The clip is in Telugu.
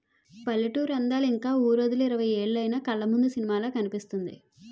పల్లెటూరి అందాలు ఇంక వూరొదిలి ఇరవై ఏలైన కళ్లముందు సినిమాలా కనిపిస్తుంది